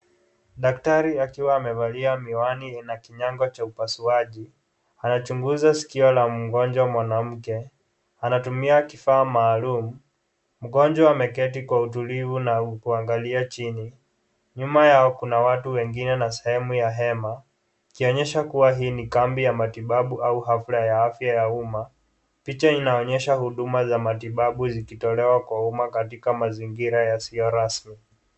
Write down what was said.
Daktari akiwa amevalia miwani na kinyango cha upasuaji, anachunguza sikio la mgonjwa mwanamke, anatumia kifaa maalum, mgonjwa ameketi kwa utulivu na kuangalia chini, nyuma yao kuna watu wengine na sehemu ya hema, ikionyesha kuwa hii ni kambi ya matibabau au hafla ya afya ya uma, picha inaonyesha huduma za afya zikitolewa kwa uma katika mazingira yasio rasmi.